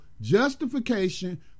justification